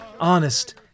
honest